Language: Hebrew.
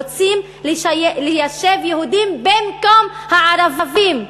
רוצים ליישב יהודים במקום הערבים.